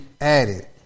added